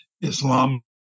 Islam